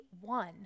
one